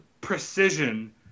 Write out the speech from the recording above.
precision